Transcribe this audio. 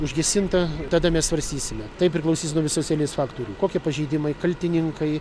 užgesinta tada mes svarstysime tai priklausys nuo visos eilės faktorių kokie pažeidimai kaltininkai